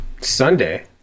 Sunday